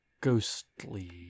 ghostly